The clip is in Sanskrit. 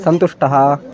सन्तुष्टः